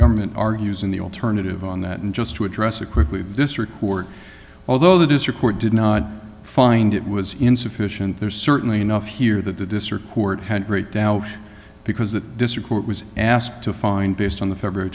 government argues in the alternative on that and just to address it quickly this record although that is your court did not find it was insufficient there's certainly enough here that the district court had great doubt because that district court was asked to find based on the february